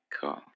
cool